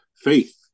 faith